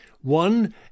One